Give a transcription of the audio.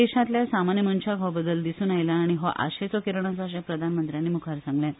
देशांतल्या सामान्य मनशाक हो बदल दिसून आयला आनी हो आशेचो किरण आसा अशें प्रधानमंत्र्यांनी मुखार सांगलें